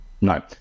no